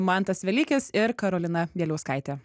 mantas velykis ir karolina bieliauskaitė